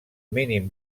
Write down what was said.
mínim